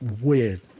weird